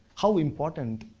how important